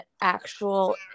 actual